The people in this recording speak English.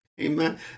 Amen